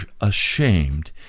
ashamed